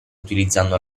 utilizzando